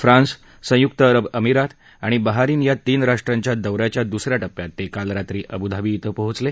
France संयुक्त अरब आमिरात आणि बहारिन या तीन राष्ट्रांच्या दौ याच्या दुस या टप्प्यात ते काल रात्री अवुधाबी धिं पोहचले